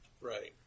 Right